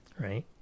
right